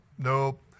Nope